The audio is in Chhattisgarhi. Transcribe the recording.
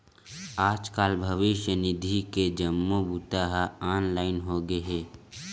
आजकाल भविस्य निधि के जम्मो बूता ह ऑनलाईन होगे हे